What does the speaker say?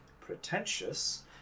pretentious